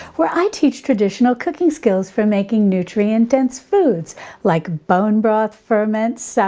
where i teach traditional cooking skills for making nutrient dense foods like bone broth, ferments, so